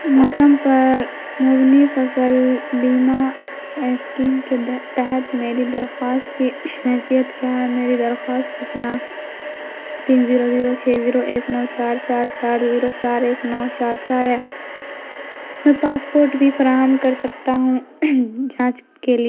موسم پر مبنی فصل بیمہ اسکیم کے تحت میری درخواست کی حیثیت کیا ہے میری درخواست کی شناخت تین زیرو زیرو چھ زیرو ایک نو چار چار چار زیرو چار ایک نو چار چار ہے میں پاسپورٹ بھی فراہم کر سکتا ہوں جانچ کے لیے